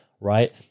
right